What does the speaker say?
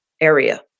area